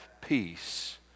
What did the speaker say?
peace